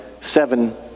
seven